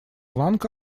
ланка